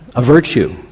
a virtue.